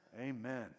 Amen